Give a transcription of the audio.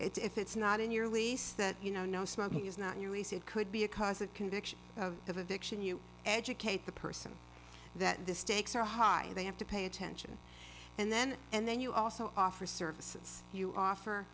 it's if it's not in your lease that you know no smoking is not you could be a cause of conviction of addiction you educate the person that the stakes are high they have to pay attention and then and then you also offer services you offer